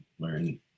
learn